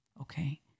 okay